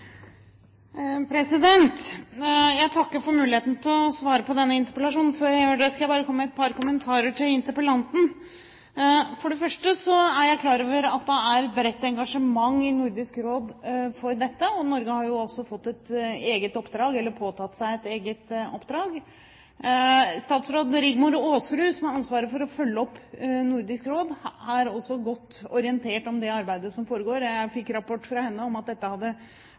Jeg takker for muligheten til å svare på denne interpellasjonen. Før jeg gjør det, skal jeg bare komme med et par kommentarer til interpellanten. For det første er jeg klar over at det er et bredt engasjement i Nordisk Råd for dette. Norge har jo også påtatt seg et eget oppdrag. Statsråd Rigmor Aasrud, som har ansvaret for å følge opp Nordisk Råd, er også godt orientert om det arbeidet som foregår. Jeg fikk rapport fra henne om at dette